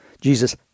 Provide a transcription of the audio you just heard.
Jesus